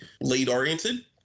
lead-oriented